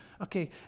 okay